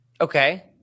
Okay